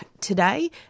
today